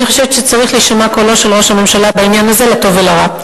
אני חושבת שצריך להישמע קולו של ראש הממשלה בעניין הזה לטוב ולרע.